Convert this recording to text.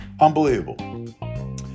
Unbelievable